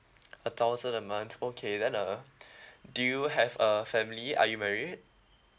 a thousand a month okay then uh do you have a family are you married